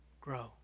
grow